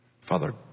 Father